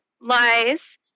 lies